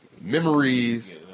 memories